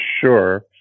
sure